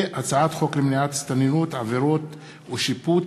וכן הצעת חוק למניעת הסתננות (עבירות ושיפוט)